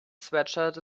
sweatshirt